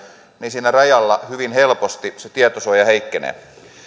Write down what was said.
siinä rajalla hyvin helposti se tietosuoja heikkenee